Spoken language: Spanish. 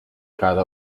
cada